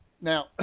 Now